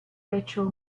ritual